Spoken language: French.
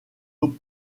eau